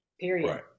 period